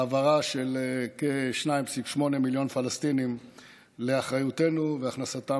העברה של כ-2.8 מיליון פלסטינים לאחריותנו והכנסתם